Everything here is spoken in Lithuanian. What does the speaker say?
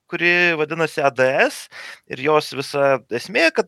kuri vadinasi ads ir jos visa esmė kad